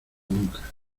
nunca